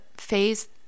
phase